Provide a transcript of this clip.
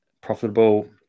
profitable